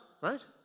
right